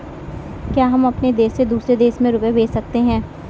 क्या हम अपने देश से दूसरे देश में रुपये भेज सकते हैं?